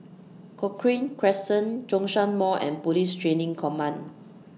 Cochrane Crescent Zhongshan Mall and Police Training Command